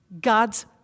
God's